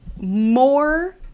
more